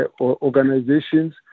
organizations